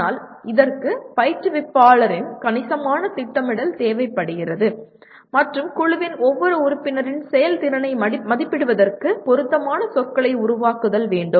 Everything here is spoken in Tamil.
ஆனால் இதற்கு பயிற்றுவிப்பாளரின் சார்பாக கணிசமான திட்டமிடல் தேவைப்படுகிறது மற்றும் குழுவின் ஒவ்வொரு உறுப்பினரின் செயல்திறனை மதிப்பிடுவதற்கு பொருத்தமான சொற்களை உருவாக்குதல் வேண்டும்